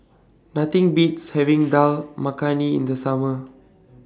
Nothing Beats having Dal Makhani in The Summer